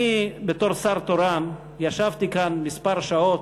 אני, בתור שר תורן, ישבתי כאן כמה שעות,